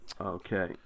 Okay